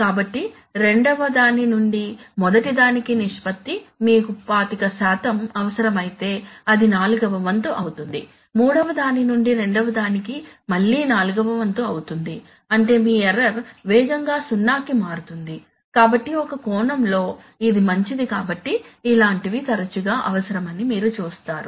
కాబట్టి రెండవ దాని నుండి మొదటి దానికి నిష్పత్తి మీకు 25 అవసరమైతే అది నాల్గవ వంతు అవుతుంది మూడవ దానినుండి రెండవ దానికి మళ్ళీ నాల్గవ వంతు అవుతుంది అంటే మీ ఎర్రర్ వేగంగా సున్నాకి మారుతుంది కాబట్టి ఒక కోణంలో ఇది మంచిది కాబట్టి ఇలాంటివి తరచుగా అవసరమని మీరు చూస్తారు